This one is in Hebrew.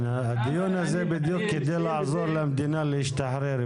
הדיון הזה הוא כדי לעזור למדינה להשתחרר,